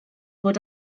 fod